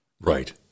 Right